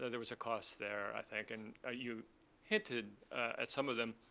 ah there was a cost there, i think. and ah you hinted at some of them.